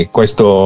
Questo